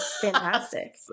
fantastic